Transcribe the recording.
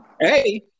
Hey